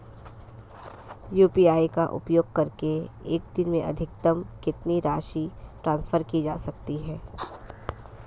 UPI का उपयोग करके एक दिन में अधिकतम कितनी राशि ट्रांसफर की जा सकती है?